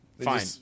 Fine